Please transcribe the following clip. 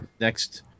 next